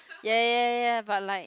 ya ya ya but like